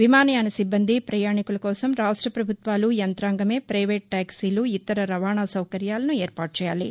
విమానయాన సిబ్బంది ప్రయాణికుల కోసం రాష్ట ప్రభుత్వాలు యంతాంగమే పైవేటు టాక్సీలు ఇతర రవాణా సౌకర్యాలను ఏర్పాటు చేయాలి